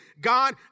God